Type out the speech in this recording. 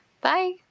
bye